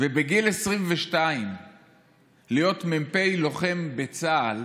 ובגיל 22 להיות מ"פ לוחם בצה"ל,